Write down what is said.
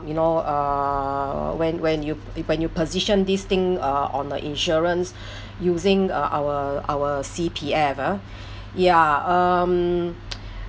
you know uh when when you when you position this thing uh on the insurance using uh our our C_P_F ah ya um